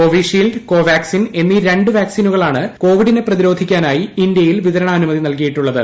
Covishield Covaxin എന്നീ രണ്ടു വാക്സിനുകളാണ് കോവിഡിനെ പ്രതിരോധിക്കാനായി ഇന്ത്യയിൽ വിതരണാനുമതി നല്കയിട്ടുള്ളത്